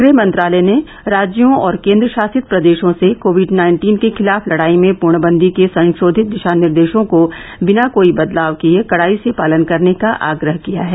गृह मंत्रालय ने राज्यों और केंद्रशासित प्रदेशों से कोविड नाइन्टीन के खिलाफ लड़ाई में पूर्णबंदी के संशोधित दिशा निर्देशों को बिना कोई बदलाव किए कड़ाई से पालन करने का आग्रह किया है